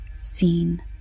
seen